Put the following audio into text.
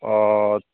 ओ